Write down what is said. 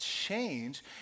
change